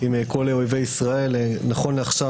נכון לעכשיו,